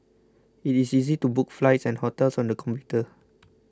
it is easy to book flights and hotels on the computer